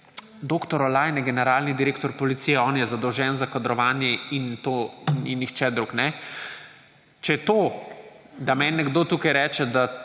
dr. Olaj, generalni direktor policije, on je zadolžen za kadrovanje in ni nihče drug; če to, da meni nekdo tukaj reče,